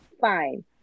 fine